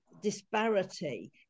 disparity